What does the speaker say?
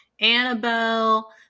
Annabelle